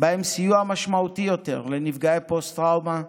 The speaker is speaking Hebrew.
ובהם סיוע משמעותי יותר לנפגעי פוסט-טראומה,